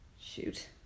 Shoot